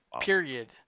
period